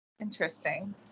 Interesting